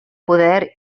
poder